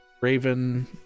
Raven